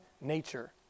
nature